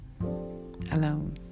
alone